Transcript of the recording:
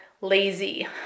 lazy